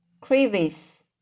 crevice